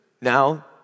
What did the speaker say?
Now